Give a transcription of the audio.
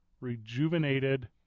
Rejuvenated